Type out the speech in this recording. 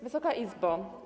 Wysoka Izbo!